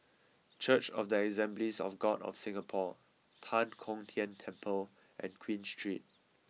Church of the Assemblies of God of Singapore Tan Kong Tian Temple and Queen Street